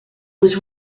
was